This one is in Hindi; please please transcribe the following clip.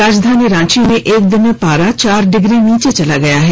राजधानी रांची में एक दिन में पारा चार डिग्री नीचे चला गया है